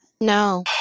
No